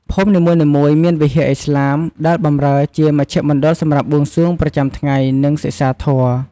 ភូមិនីមួយៗមាន វិហារឥស្លាម ដែលបម្រើជាមជ្ឈមណ្ឌលសម្រាប់បួងសួងប្រចាំថ្ងៃ និងសិក្សាធម៌។